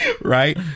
right